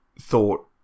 thought